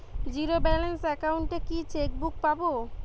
Zero balance account এ কি chequebook পাব?